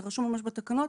זה רשום ממש בתקנות,